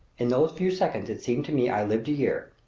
in those few seconds it seemed to me i lived a year.